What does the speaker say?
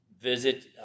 visit